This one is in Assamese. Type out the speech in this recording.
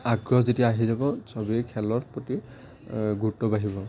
আগ্ৰহ যেতিয়া আহি যাব চবেই খেলৰ প্ৰতি গুৰুত্ব বাঢ়িব